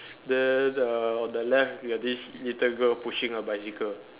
then the on the left we have this little girl pushing a bicycle